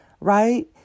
Right